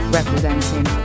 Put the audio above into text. representing